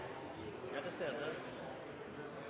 vi er nødt til